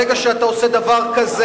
ברגע שאתה עושה דבר כזה,